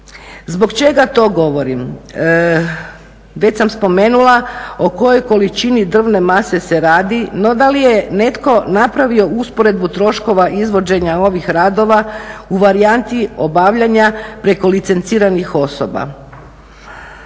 Zbog čega to govorim? Već sam spomenula o kojoj količini drvne mase se radi, no da li je netko napravio usporedbu troškova izvođenja ovih radova u varijanti obavljanja preko licenciranih osoba.